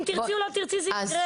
אם תרצי או לא תרצי זה יקרה.